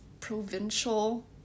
provincial